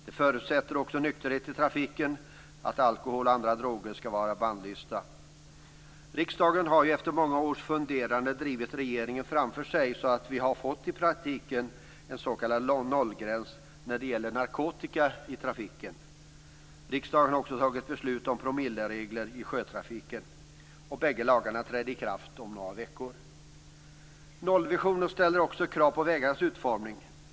Den förutsätter också nykterhet i trafiken och att alkohol och andra droger skall vara bannlysta. Riksdagen har efter många års funderande drivit regeringen framför sig så att det i praktiken har blivit en s.k. nollgräns för narkotika i trafiken. Riksdagen har också fattat beslut om promilleregler i sjötrafiken. Bägge lagarna träder i kraft om några veckor. Nollvisionen ställer också krav på vägarnas utformning.